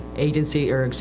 agency, or